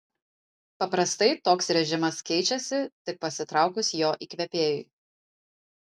paprastai toks režimas keičiasi tik pasitraukus jo įkvėpėjui